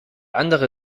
andere